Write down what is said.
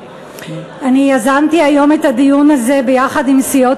אני יזמתי היום את הדיון הזה יחד עם סיעות